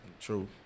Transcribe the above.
True